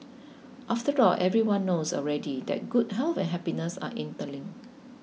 after all everyone knows already that good health and happiness are interlinked